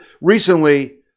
recently